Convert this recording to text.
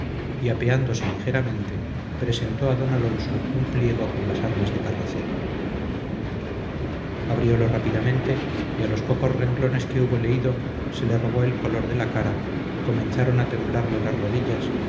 y apeándose ligeramente presentó a don alonso un pliego con las armas de carracedo abriólo rápidamente y a los pocos renglones que hubo leído se le robó el color de la cara comenzaron a temblarle las rodillas